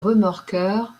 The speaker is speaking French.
remorqueurs